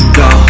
go